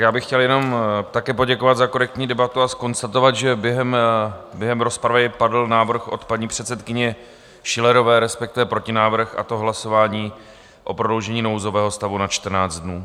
Já bych chtěl jenom také poděkovat za korektní debatu a konstatovat, že během rozpravy padl návrh od paní předsedkyně Schillerové, respektive protinávrh, a to hlasování o prodloužení nouzového stavu na 14 dnů.